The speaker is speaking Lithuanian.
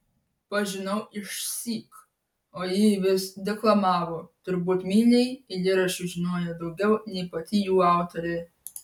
pažinau išsyk o ji vis deklamavo turbūt milei eilėraščių žinojo daugiau nei pati jų autorė